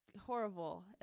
horrible